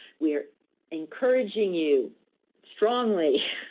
we're encouraging you strongly